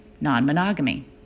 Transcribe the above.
non-monogamy